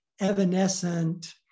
evanescent